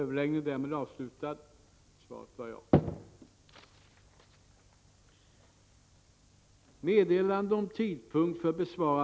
Herr talman!